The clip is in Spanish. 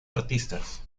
artistas